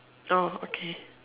oh okay